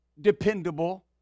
dependable